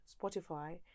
Spotify